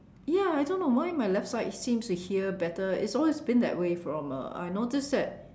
ya I don't know why my left side seems to hear better it's always been that way from uh I notice that